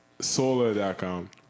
solar.com